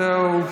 זהו.